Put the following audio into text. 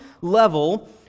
level